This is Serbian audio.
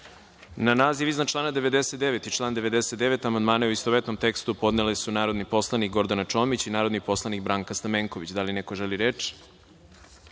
naziv iznad člana 99. i član 99. amandmane, u istovetnom tekstu, podneli su narodni poslanik Gordana Čomić i narodni poslanik Branka Stamenković. Da li neko želi reč?